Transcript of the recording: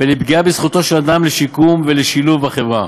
ולפגיעה בזכותו של אדם לשיקום ולשילוב בחברה.